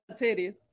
titties